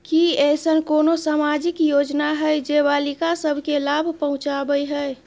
की ऐसन कोनो सामाजिक योजना हय जे बालिका सब के लाभ पहुँचाबय हय?